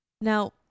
Now